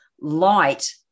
light